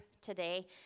today